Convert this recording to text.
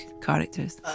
characters